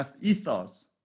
ethos